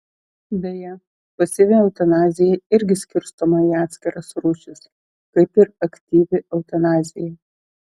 beje pasyvi eutanazija irgi skirstoma į atskiras rūšis kaip ir aktyvi eutanazija